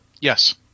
Yes